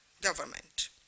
government